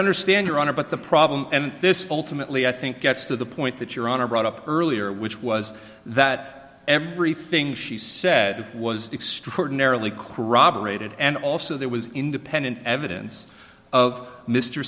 understand your honor but the problem and this ultimately i think gets to the point that your honor brought up earlier which was that everything she said was extraordinarily corroborated and also there was independent evidence of mr